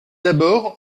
d’abord